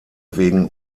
wegen